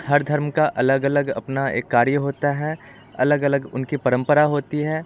हर धर्म का अलग अलग अपना एक कार्य होता है अलग अलग उनकी परंपरा होती है